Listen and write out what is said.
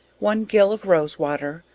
one gill of rose-water,